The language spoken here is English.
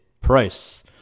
price